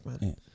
man